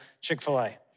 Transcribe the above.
Chick-fil-A